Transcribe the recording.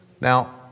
Now